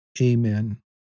Amen